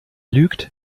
lügt